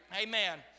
Amen